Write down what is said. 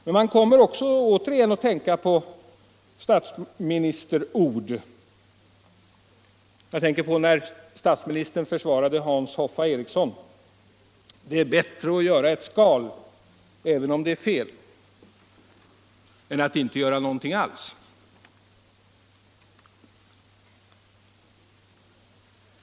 Men man kommer återigen att tänka på statsministerord. Jag tänker på när statsministern försvarade Hans ”Hoffa” Ericson: Det är bättre att göra ett skal även om det är fel, än att inte göra någonting alls.